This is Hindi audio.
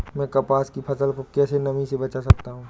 मैं कपास की फसल को कैसे नमी से बचा सकता हूँ?